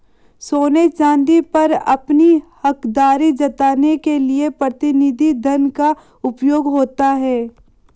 सोने चांदी पर अपनी हकदारी जताने के लिए प्रतिनिधि धन का उपयोग होता है